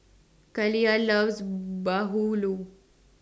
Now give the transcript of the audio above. Kaliyah loves Bahulu